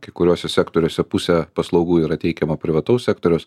kai kuriuose sektoriuose pusė paslaugų yra teikiama privataus sektoriaus